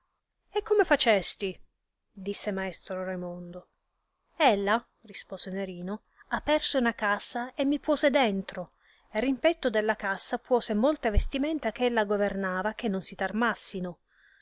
e come facesti disse maestro raimondo ella rispose nerino aperse una cassa e mi puose dentro e rimpetto della cassa puose molte vestimenta che ella governava che non si tarmassino ed